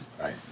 Right